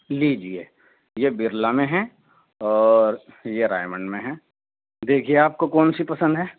لیجیے یہ برلا میں ہیں اور یہ میں ہیں دیکھیے آپ کو کون سی پسند ہے